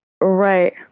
Right